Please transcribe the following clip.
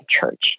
Church